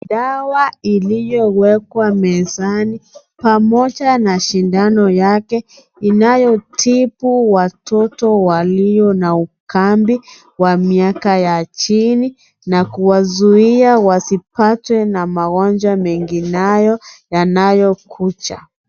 Dawa iliyowekwa mezani pamoja na sindano yake inayotibu watoto walio na ukambi wa miaka ya chini na kuwazuia wasipatwe na magonjwa mengineyo yanayokuja.